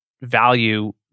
value